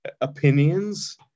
opinions